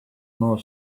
more